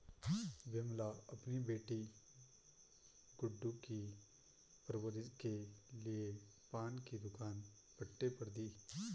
विमला अपनी बेटी गुड्डू की परवरिश के लिए पान की दुकान पट्टे पर दी